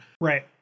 Right